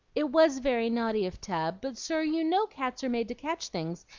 it was very naughty of tab but, sir, you know cats are made to catch things,